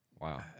Wow